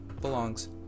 belongs